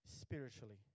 spiritually